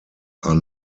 are